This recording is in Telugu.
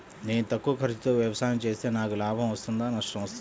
నేను తక్కువ ఖర్చుతో వ్యవసాయం చేస్తే నాకు లాభం వస్తుందా నష్టం వస్తుందా?